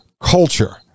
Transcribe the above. culture